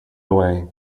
away